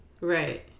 Right